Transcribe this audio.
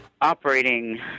operating